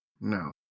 no